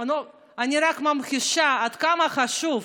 אני רק ממחישה עד כמה חשוב